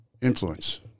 influence